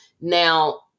Now